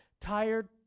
tired